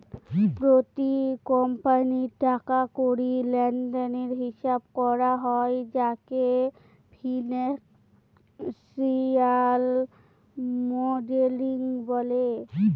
প্রতি কোম্পানির টাকা কড়ি লেনদেনের হিসাব করা হয় যাকে ফিনান্সিয়াল মডেলিং বলে